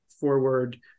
forward